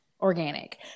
organic